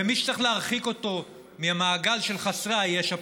ומי שצריך להרחיק אותו ממעגל חסרי הישע,